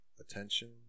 attention